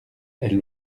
elle